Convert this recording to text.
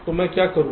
तो मैं क्या करूं